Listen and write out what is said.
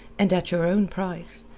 and at your own price.